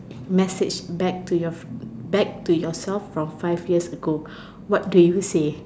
message back to your back to yourself from five years ago what do you say